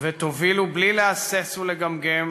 ותובילו בלי להסס ולגמגם